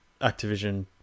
Activision